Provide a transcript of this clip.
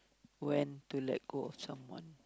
when to let go of someone